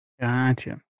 Gotcha